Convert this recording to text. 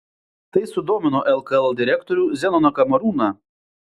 tai sudomino lkl direktorių zenoną kamarūną